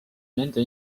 nende